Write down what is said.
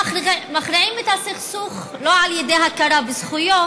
מכריעים את הסכסוך לא על ידי הכרה בזכויות,